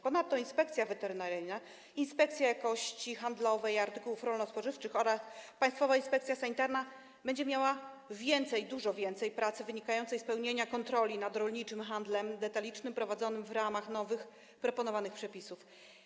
Ponadto Inspekcja Weterynaryjna, Inspekcja Jakości Handlowej i Artykułów Rolno-Spożywczych oraz Państwowa Inspekcja Sanitarna będą miały więcej, dużo więcej pracy wynikającej ze sprawowania kontroli nad rolniczym handlem detalicznym prowadzonym w ramach nowych, proponowanych przepisów.